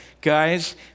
guys